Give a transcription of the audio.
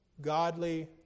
godly